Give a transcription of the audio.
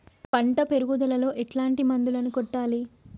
పంట పెరుగుదలలో ఎట్లాంటి మందులను కొట్టాలి?